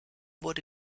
wurde